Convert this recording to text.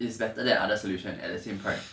it's better than other solution at the same time